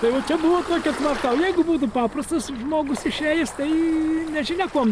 tai vo čia buvo kokia tvarka o jeigu būtų paprastas žmogus išėjęs tai nežinia kuom